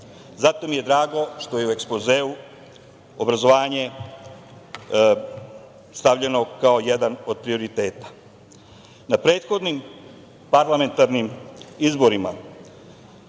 Zato mi je drago što je u ekspozeu obrazovanje stavljeno kao jedan od prioriteta. Na prethodnim parlamentarnim izborima